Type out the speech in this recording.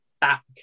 back